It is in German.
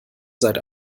seit